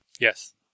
Yes